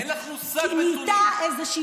יש לך משרדים שמצטיינים ויש משרדים שלא מצטיינים.